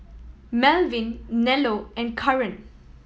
Malvin Nello and Caren